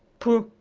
pooh!